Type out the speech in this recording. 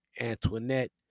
Antoinette